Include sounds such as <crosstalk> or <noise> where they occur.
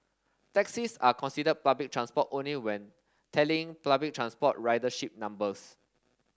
taxis are considered public transport only when tallying <unintelligible> transport ridership numbers